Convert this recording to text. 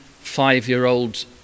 five-year-old